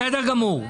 בסדר גמור.